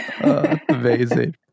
Amazing